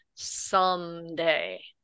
someday